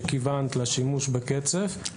שכיוונת לשימוש בקצף,